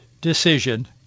decision